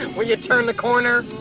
and will you turn the corner?